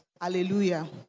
Hallelujah